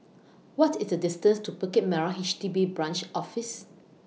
What IS The distance to Bukit Merah H D B Branch Office